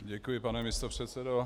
Děkuji, pane místopředsedo.